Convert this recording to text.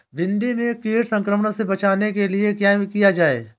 भिंडी में कीट संक्रमण से बचाने के लिए क्या किया जाए?